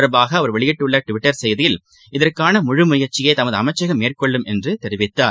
தொடர்பாகஅவர் வெளியிட்டுள்ளடிவிட்டர் செய்தியில் இதற்காக இது ழு முயற்சியைதமதுஅமைச்சகம் மேற்கொள்ளும் என்றுதெரிவித்தார்